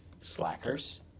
Slackers